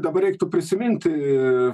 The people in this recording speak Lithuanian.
dabar reiktų prisiminti